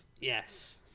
Yes